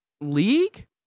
League